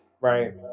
Right